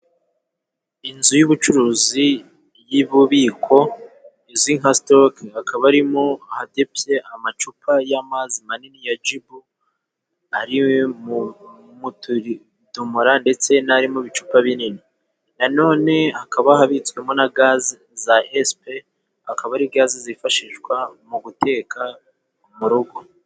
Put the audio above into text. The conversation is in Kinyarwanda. Inzu y'ubucuruzi y'ububiko, izwi nka sitoke, akaba arimo hadebye amacupa y'amazi manini ya jibu, ari mu mutudomora ndetse n'ari mu bicupa binini. Nanone hakaba habitswemo na gaze za Esipe, akaba ari gaze zifashishwa mu guteka mu rugo.